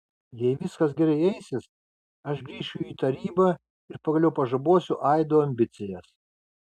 jei viskas gerai eisis aš grįšiu į tarybą ir pagaliau pažabosiu aido ambicijas